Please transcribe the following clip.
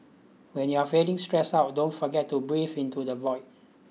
when you are feeling stressed out don't forget to breathe into the void